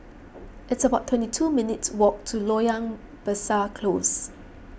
it's about twenty two minutes' walk to Loyang Besar Close